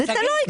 זה תלוי,